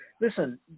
Listen